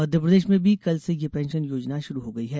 मध्यप्रदेश में भी कल से यह पेंशन योजना शुरू हो गई है